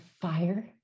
fire